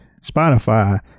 Spotify